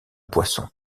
poisson